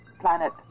planet